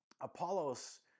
Apollos